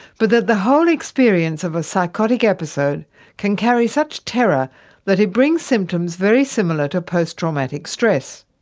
but that the whole experience of a psychotic episode can carry such terror that it brings symptoms very similar to post-traumatic stress.